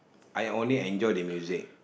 I only enjoy the music